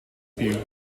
you